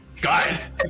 guys